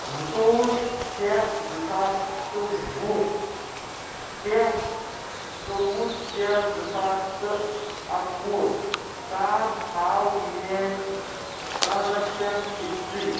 زٟتووُہ شےٚ زٟ ساس تہٟ وُہ پیٚٹھ ژۄوُہ شےٚ زٟ ساس تہٟ اکوُہ تام ہاو میٛٲنۍ ٹرانٛزیٚکشن ہِسٹری